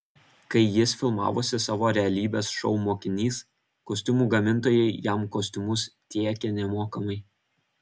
kai jis filmavosi savo realybės šou mokinys kostiumų gamintojai jam kostiumus tiekė nemokamai